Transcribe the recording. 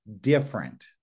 different